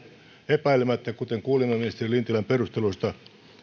epäilemättä kuten kuulimme ministeri lintilän perusteluista